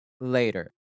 later